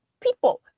people